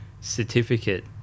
certificate